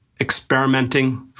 experimenting